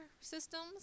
systems